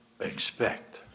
expect